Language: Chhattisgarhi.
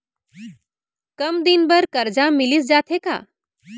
कम दिन बर करजा मिलिस जाथे का?